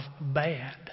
bad